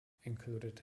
included